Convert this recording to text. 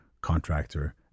contractor